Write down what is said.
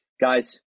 guys